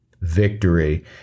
victory